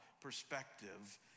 perspective